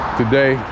today